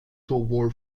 sowohl